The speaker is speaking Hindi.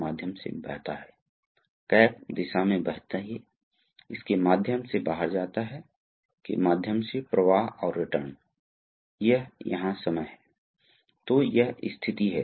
तो वास्तव में इस वाल्व को एक पाइप लाइन से जोड़ा जा सकता है यदि आप एक पाइप लाइन से जुड़े हैं तो यह नाली है